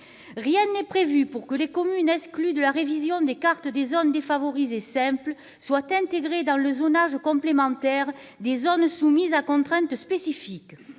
Rien n'est prévu pour intégrer les communes exclues de la révision des cartes des zones défavorisées « simples » dans le zonage complémentaire des zones soumises à contraintes spécifiques.